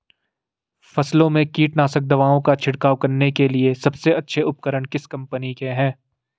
फसलों में कीटनाशक दवाओं का छिड़काव करने के लिए सबसे अच्छे उपकरण किस कंपनी के हैं?